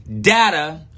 data